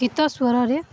ଗୀତ ସ୍ଵରରେ